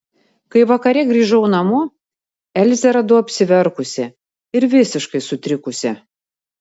kai vakare grįžau namo elzę radau apsiverkusią ir visiškai sutrikusią